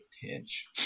pinch